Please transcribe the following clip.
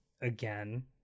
again